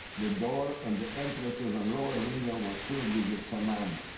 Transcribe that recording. the door and the entrances and lower window was sealed with the cement.